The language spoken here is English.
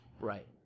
Right